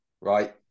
right